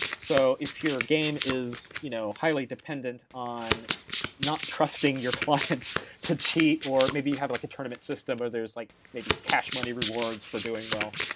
so if your ah game is you know highly dependent on not trusting your clients to cheat or maybe have like a tournaments system where there's like maybe cash money rewards for doing well,